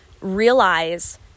realize